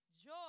Joy